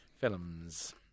Films